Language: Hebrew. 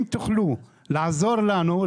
אם תוכלו לעזור לנו,